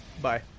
Bye